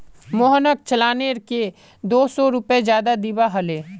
मोहनक चालानेर के दो सौ रुपए ज्यादा दिबा हले